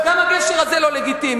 אז גם הגשר הזה לא לגיטימי.